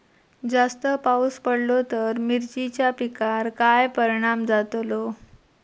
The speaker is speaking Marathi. जास्त पाऊस पडलो तर मिरचीच्या पिकार काय परणाम जतालो?